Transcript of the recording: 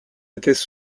étaient